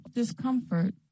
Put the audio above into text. discomfort